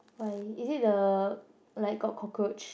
why is the like got cockroach